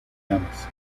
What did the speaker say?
llamas